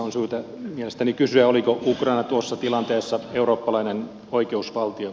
on syytä mielestäni kysyä oliko ukraina tuossa tilanteessa eurooppalainen oikeusvaltio